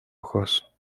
ojos